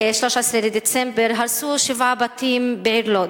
13 לדצמבר, הרסו שבעה בתים בעיר לוד.